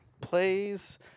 Plays